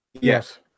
Yes